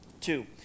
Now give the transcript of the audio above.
Two